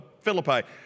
Philippi